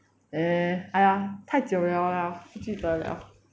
err ah 太久 liao lah 不记得 liao